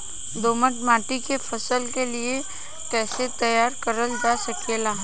दोमट माटी के फसल के लिए कैसे तैयार करल जा सकेला?